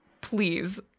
please